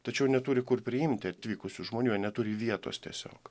tačiau neturi kur priimti atvykusių žmonių jie neturi vietos tiesiog